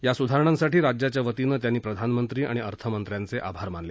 या सुधारणांसाठी राज्याच्या वतीनं त्यांनी प्रधानमंत्री आणि अर्थमंत्र्यांचे आभार मानले